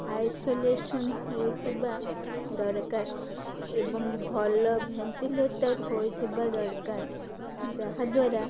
isolation ହୋଇଥିବା ଦରକାର ଏବଂ ଭଲ ଭେଣ୍ଟିଲେଟର୍ ହୋଇଥିବା ଦରକାର ଯାହାଦ୍ୱାରା